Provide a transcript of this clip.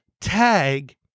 tag